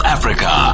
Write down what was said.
Africa